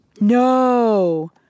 No